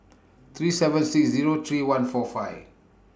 three seven six Zero three one four five